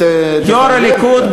יושב-ראש הליכוד,